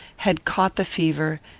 had caught the fever,